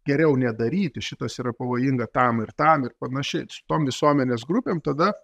geriau nedaryti šitas yra pavojinga tam ir tam ir panašiai su tom visuomenės grupėm tada